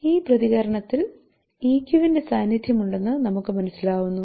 ഈ പ്രതികരണത്തിൽ ഇക്യു വിന്റെ സാന്നിധ്യമുണ്ടെന്ന് നമുക്ക് മനസ്സിലാവുന്നു